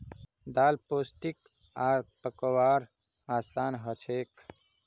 दाल पोष्टिक आर पकव्वार असान हछेक